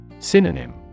Synonym